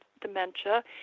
dementia